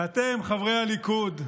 ואתם, חברי הליכוד,